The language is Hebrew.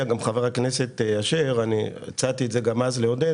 חבר הכנסת אשר - הצעתי את זה גם אז לעודד